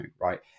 right